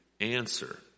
answer